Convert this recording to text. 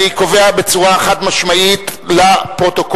אני קובע בצורה חד-משמעית לפרוטוקול,